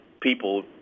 people